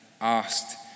asked